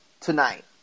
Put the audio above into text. tonight